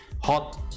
hot